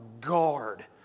guard